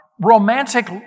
romantic